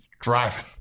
driving